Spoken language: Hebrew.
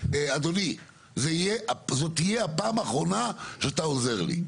אדוני, זו תהיה הפעם האחרונה שאתה עוזר לי.